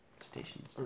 stations